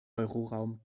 euroraum